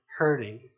hurting